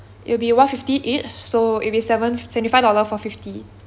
it will be one fifty each so it'll be seven twenty five dollar for fifty